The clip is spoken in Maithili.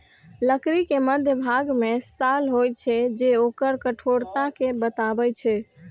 लकड़ी के मध्यभाग मे साल होइ छै, जे ओकर कठोरता कें बतबै छै